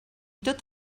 tot